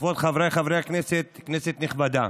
כבוד חבריי חברי הכנסת, כנסת נכבדה,